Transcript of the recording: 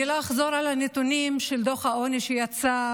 אני לא אחזור על הנתונים של הדוח העוני שיצא,